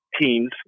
teams